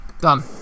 Done